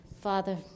Father